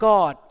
God